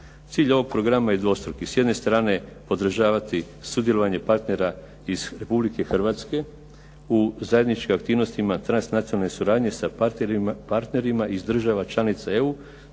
Cilj ovog programa je dvostruki. S jedne podržavati sudjelovanje partnera iz Republike Hrvatske u zajedničkim aktivnostima transnacionalne suradnje sa partnerima iz država članica EU,